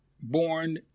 born